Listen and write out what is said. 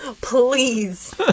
Please